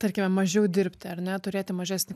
tarkime mažiau dirbti ar ne turėti mažesnį